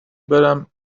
برم